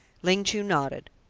ling chu nodded.